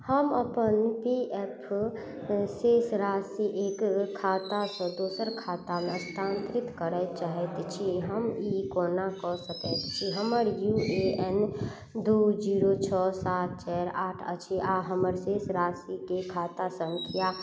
हम अपन P F के शेष राशिक खातासँ दोसर खातामे स्थानान्तरित करै चाहै छी हम ई कोना कऽ सकै छी हमर यू ए एन दुइ जीरो छओ सात चारि आठ अछि आओर हमर शेष राशिके खाता सँख्या